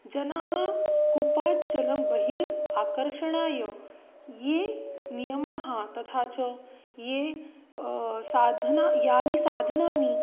जनाः कूपात् जलं बहिः आकर्षणाय ये नियमाः तथा च ये साधनानि यानि साधनानि